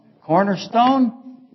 Cornerstone